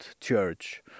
church